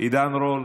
עידן רול,